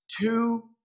two